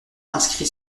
inscrit